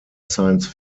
science